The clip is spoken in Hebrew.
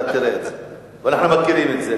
אתה תראה את זה ואנחנו מכירים את זה.